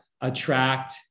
attract